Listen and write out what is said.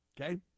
okay